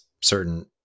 certain